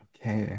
Okay